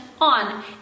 on